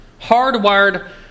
Hardwired